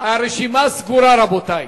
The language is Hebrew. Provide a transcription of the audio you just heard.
הרשימה סגורה, רבותי.